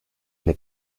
eine